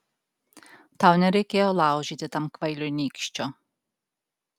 tau nereikėjo laužyti tam kvailiui nykščio